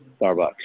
Starbucks